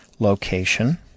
location